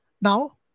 Now